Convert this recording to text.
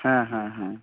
ᱦᱮᱸ ᱦᱮᱸ ᱦᱮᱸ